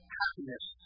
happiness